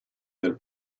del